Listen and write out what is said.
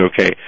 okay